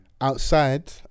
outside